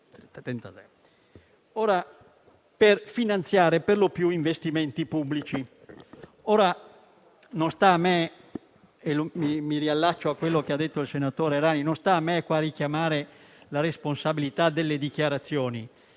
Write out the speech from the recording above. per finanziare perlopiù investimenti pubblici. Ora - mi riallaccio a quello che ha detto il senatore Errani - non sta a me qua richiamare la responsabilità delle dichiarazioni;